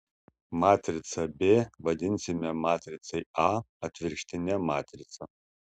matricą b vadinsime matricai a atvirkštine matrica